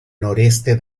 noroeste